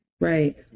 right